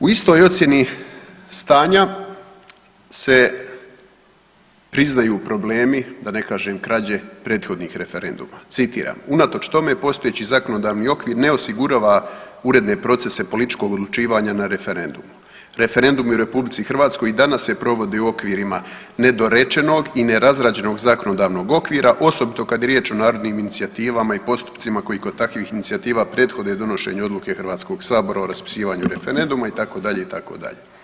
U istoj ocjeni stanja se priznaju problemi, da ne kažem krađe prethodnih referenduma, citiram unatoč tome postojeći zakonodavni okvir ne osigurava uredne procese političkog odlučivanja na referendumu, referendumi u RH i danas se provode u okvirima nedorečenog i nerazrađenog zakonodavnog okvira osobito kad je riječ o narodnim inicijativama i postupcima koji kod takvih inicijativa prethode donošenju odluke Hrvatskog sabora o raspisivanju referenduma itd., itd.